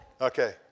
Okay